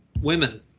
women